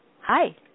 Hi